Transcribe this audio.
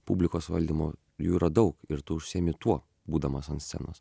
publikos valdymo jų yra daug ir tu užsiimi tuo būdamas ant scenos